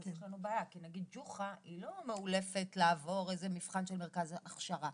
אז יש לנו בעיה כי נגיד ג'וחא היא לא מאולפת לעבור מבחן של מרכז הכשרה.